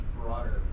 broader